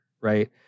Right